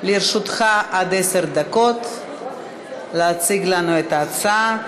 לרשותך עד עשר דקות להציג לנו את ההצעה.